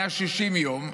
160 יום,